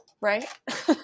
Right